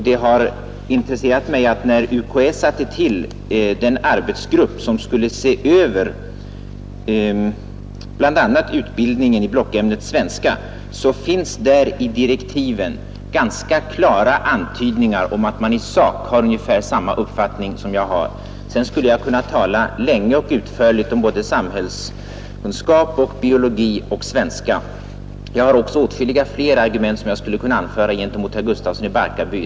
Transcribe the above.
Det har intresserat mig att när UKÄ tillsatte den arbetsgrupp som skulle se över bl.a. utbildningen i blockämnet svenska, så gav man i direktiven ganska klara antydningar om att man i sak har ungefär samma uppfattning som jag har. Sedan skulle jag kunna tala länge och utförligt om både samhällskunskap, biologi och svenska. Jag har också åtskilligt fler argument som jag skulle kunna anföra gentemot herr Gustafsson i Barkarby.